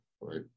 right